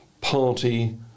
party